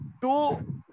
Two